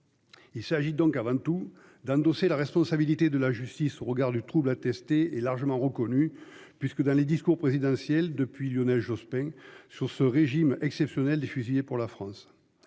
Il s'agit donc avant tout d'endosser la responsabilité de la justice au regard du trouble tester est largement reconnu puisque dans les discours présidentiel depuis Lionel Jospin sur ce régime exceptionnel des fusillés pour la France.